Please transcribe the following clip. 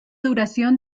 duración